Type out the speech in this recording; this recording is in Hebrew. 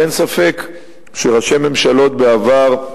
אין ספק שראשי ממשלות בעבר,